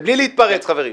ובלי להתפרץ, חברים.